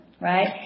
right